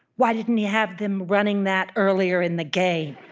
why didn't he have them running that earlier in the game?